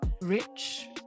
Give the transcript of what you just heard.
rich